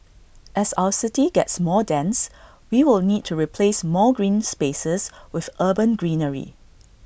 as our city gets more dense we will need to replace more green spaces with urban greenery